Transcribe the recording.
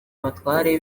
abatware